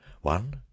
one